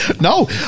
No